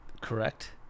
Correct